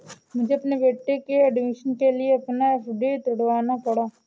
मुझे अपने बेटे के एडमिशन के लिए अपना एफ.डी तुड़वाना पड़ा